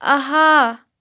آہا